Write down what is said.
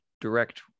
direct